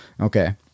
Okay